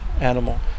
animal